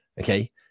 Okay